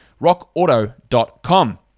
Rockauto.com